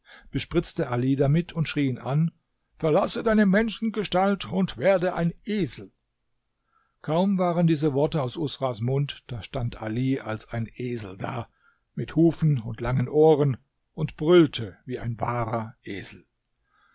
bespritzte ali damit und schrie ihn an verlasse deine menschengestalt und werde ein esel kaum waren diese worte aus usras mund da stand ali als ein esel da mit hufen und langen ohren und brüllte wie ein wahrer esel